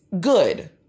good